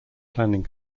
planning